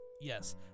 yes